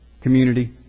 community